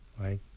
right